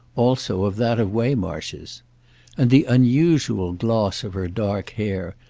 also of that of waymarsh's and the unusual gloss of her dark hair,